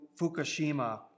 Fukushima